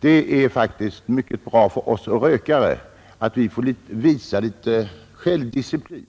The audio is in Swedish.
Det är faktiskt mycket bra för oss rökare att vi får visa litet självdisciplin.